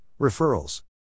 referrals